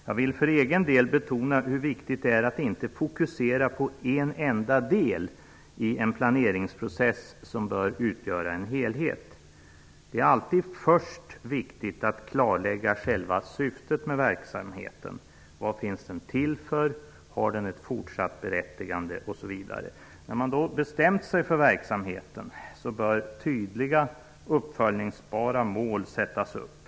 För egen del vill jag betona hur viktigt det är att inte fokusera en enda del i en planeringsprocess som bör utgöra en helhet. Det är alltid viktigt att först klarlägga själva syftet med verksamheten, exempelvis vad den finns till för, om den har ett fortsatt berättigande osv. När man bestämt sig beträffande verksamheten, bör tydliga uppföljningsbara mål sättas upp.